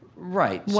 right. yeah